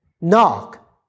Knock